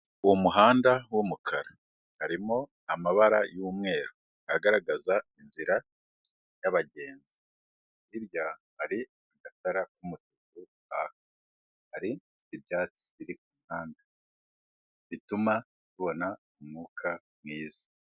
Uwo muhanda w'umukara harimo amabara y'umweru agaragaza inzira y'abagenzi, hirya hari agatara k'umutuku, hari ibyatsi biri ku ruhande bituma tubona umwuka mwiza.